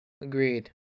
Agreed